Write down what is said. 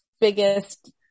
biggest